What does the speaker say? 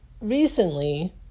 recently